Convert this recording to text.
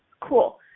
cool